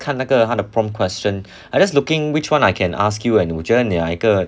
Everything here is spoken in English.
看那个他的 prompt question I just looking which one I can ask you and 我觉得你哪一个